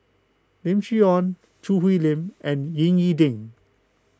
Lim Chee Onn Choo Hwee Lim and Ying E Ding